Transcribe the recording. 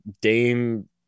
Dame